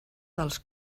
dels